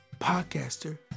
podcaster